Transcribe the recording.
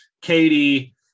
Katie